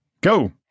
go